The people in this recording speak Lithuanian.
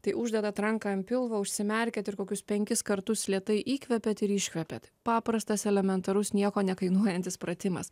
tai uždedat ranką ant pilvo užsimerkiat ir kokius penkis kartus lėtai įkvepiat ir iškvepiat paprastas elementarus nieko nekainuojantis pratimas